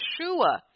Yeshua